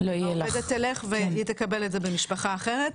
העובדת תלך והיא תקבל את זה במשפחה אחרת,